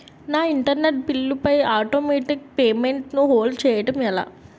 నా internet bill పై automatic payment ను హోల్డ్ చేయటం ఎలా?